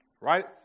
Right